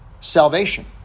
Salvation